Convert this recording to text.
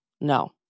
No